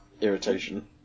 Irritation